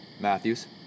Matthews